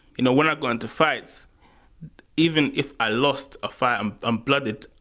you know when i got into fights even if i lost a fight and um bloodied,